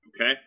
Okay